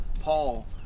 paul